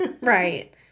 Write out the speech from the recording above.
Right